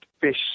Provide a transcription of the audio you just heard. Fish